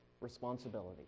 responsibility